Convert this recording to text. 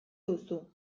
duzu